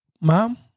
mom